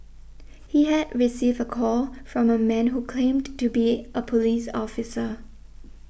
he had received a call from a man who claimed to be a police officer